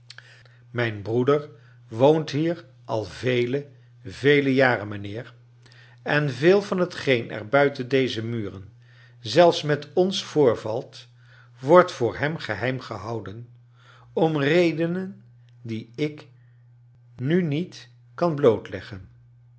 mijn broeder woont hier al vele vele jaren mijnheer en veel van hetgeen er buiten deze muren zelfs met ons voorvalt wordt voor hem gebeim gehouden om redenen die ik nu niet kan